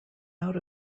out